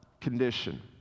condition